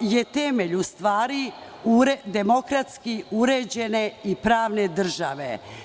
je temelj demokratski uređene i pravne države.